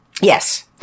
yes